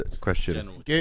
question